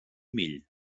mill